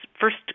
first